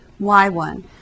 y1